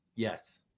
Yes